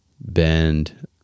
Bend